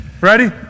Ready